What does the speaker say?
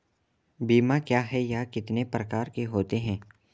बीमा क्या है यह कितने प्रकार के होते हैं?